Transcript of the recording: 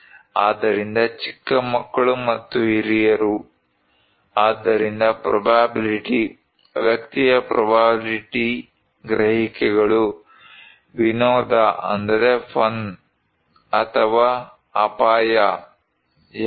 ಆದ್ದರಿಂದ ಚಿಕ್ಕ ಮಕ್ಕಳು ಮತ್ತು ಹಿರಿಯರು ಆದ್ದರಿಂದ ಪ್ರೊಬ್ಯಾಬಿಲ್ಟಿ ವ್ಯಕ್ತಿಯ ಪ್ರೊಬ್ಯಾಬಿಲ್ಟಿ ಗ್ರಹಿಕೆಗಳು ವಿನೋದ ಅಥವಾ ಅಪಾಯ ಯಾವುದು